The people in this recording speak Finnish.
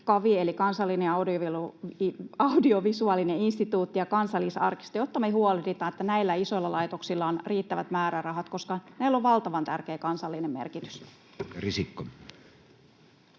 eli Kansallinen audiovisuaalinen instituutti ja Kansallisarkisto, on riittävät määrärahat, koska näillä on valtavan tärkeä kansallinen merkitys.